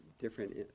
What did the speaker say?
different